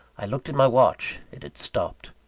i looked at my watch it had stopped.